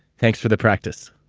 thanks for the practice.